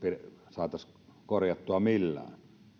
saataisiin korjattua millään